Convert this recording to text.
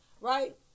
right